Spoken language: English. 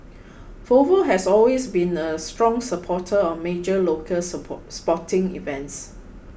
Volvo has always been a strong supporter of major local sport sporting events